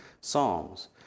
Psalms